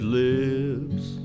lips